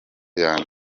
yanjye